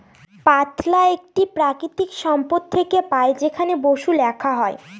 পাতলা একটি প্রাকৃতিক সম্পদ থেকে পাই যেখানে বসু লেখা হয়